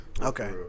Okay